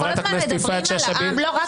היא עצמה הייתה אמורה להיעלב מדבריך בגלל הטענה,